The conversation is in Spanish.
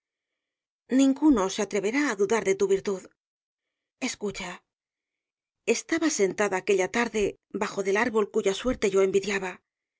ninguno se atreverá á dudar de tu virtud escucha estabas sentada aquella tarde bajo del árbol cuya suerte yo envidiaba